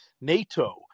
NATO